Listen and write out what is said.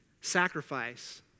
sacrifice